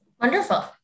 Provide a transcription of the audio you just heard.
Wonderful